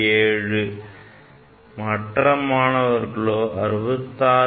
667 மற்ற சில மாணவர்களோ 66